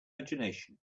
imgination